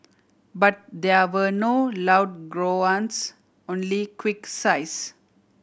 but there were no loud groans only quick sighs